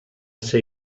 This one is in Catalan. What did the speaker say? ser